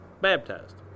baptized